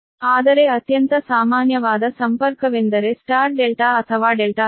ಆದರೆ ಅತ್ಯಂತ ಸಾಮಾನ್ಯವಾದ ಸಂಪರ್ಕವೆಂದರೆ ಸ್ಟಾರ್ ಡೆಲ್ಟಾ ಅಥವಾ ಡೆಲ್ಟಾ ಸ್ಟಾರ್